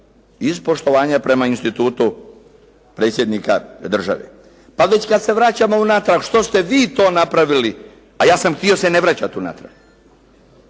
iz poštovanja prema institutu Predsjednika države. Pa već kad se vraćamo unatrag, što ste vi to napravili, a ja sam htio se ne vraćati unatrag.